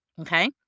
Okay